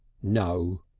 no.